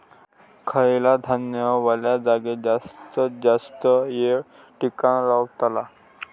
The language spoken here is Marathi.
खयला धान्य वल्या जागेत जास्त येळ टिकान रवतला?